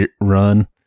run